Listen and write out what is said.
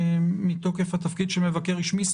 מתוקף התפקיד של מבקר רשמי,